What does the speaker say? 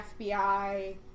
FBI